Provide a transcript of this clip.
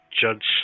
judge